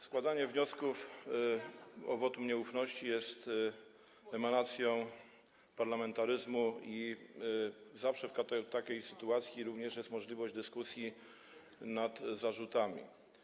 Składanie wniosków o wotum nieufności jest emanacją parlamentaryzmu i zawsze w takiej sytuacji jest również możliwość dyskusji nad zarzutami.